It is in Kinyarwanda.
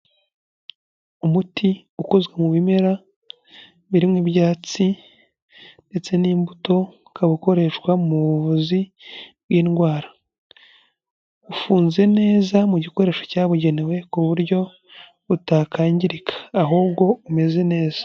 Umuti ukozwe mu bimera birimo ibyatsi ndetse n'imbuto ukaba ukoreshwa mu buvuzi bw'indwara. Ufunze neza mu gikoresho cyabugenewe ku buryo utakangirika ahubwo umeze neza.